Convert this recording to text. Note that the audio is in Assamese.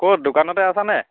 ক'ত দোকানতে আছা নে